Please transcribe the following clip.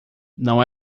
não